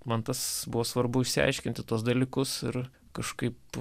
man tas buvo svarbu išsiaiškinti tuos dalykus ir kažkaip